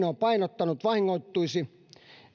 on painottanut vahingoittuisi